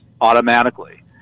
automatically